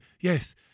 yes